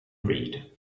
read